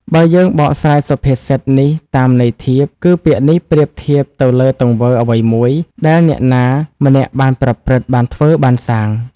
បើយើងបកស្រាយសុភាសិតនេះតាម ន័យធៀប គឺ ពាក្យនេះប្រៀបធៀបទៅលើទង្វើអ្វីមួយដែលអ្នកណាម្នាក់បានប្រព្រឹត្ត បានធ្វើ បានសាង ។